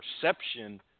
perception